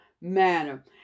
manner